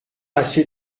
assez